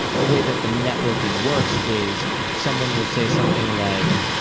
the way that the networking works is someone will say something like,